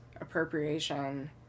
appropriation